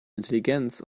intelligenz